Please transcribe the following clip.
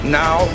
now